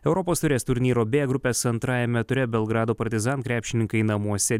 europos taurės turnyro b grupės antrajame ture belgrado partizan krepšininkai namuose